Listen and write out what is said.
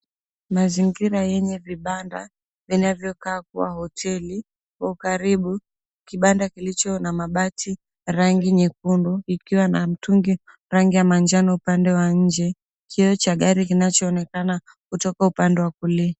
Mazingira yenye vibanda vinavyokaa kuwa hoteli. Kwa ukaribu, kibanda kilicho na mabati ya rangi nyekundu kikiwa na mtungi rangi ya manjano upande wa nje, 𝑘ioo cha gari kinachoonekana kutoka upande wa kulia.